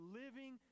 living